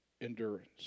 endurance